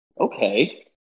Okay